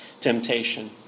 temptation